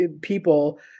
people